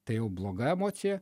tai jau bloga emocija